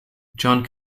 john